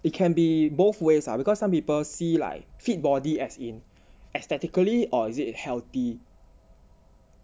it can be both ways ah because some people see like fit body as in aesthetically or is it healthy